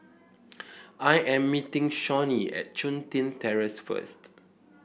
I am meeting Shawnee at Chun Tin Terrace first